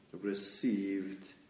received